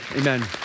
amen